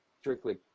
strictly